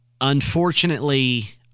unfortunately